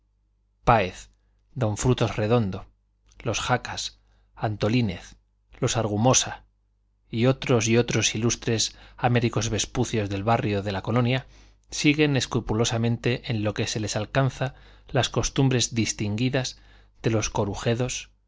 páez don frutos redondo los jacas antolínez los argumosa y otros y otros ilustres américo vespucios del barrio de la colonia siguen escrupulosamente en lo que se les alcanza las costumbres distinguidas de los corujedos